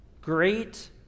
great